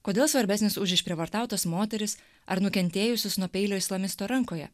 kodėl svarbesnis už išprievartautas moteris ar nukentėjusius nuo peilio islamisto rankoje